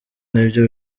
nibyo